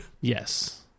Yes